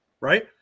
right